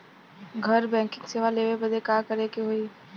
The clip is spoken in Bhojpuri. घर बैकिंग सेवा लेवे बदे का करे के होई?